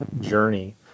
journey